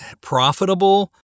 profitable